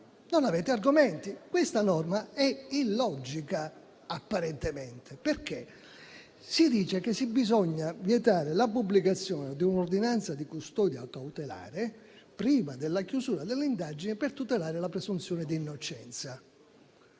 Non avete argomenti. Questa norma è illogica, apparentemente, perché si dice che bisogna vietare la pubblicazione di un'ordinanza di custodia cautelare prima della chiusura delle indagini per tutelare la presunzione di innocenza.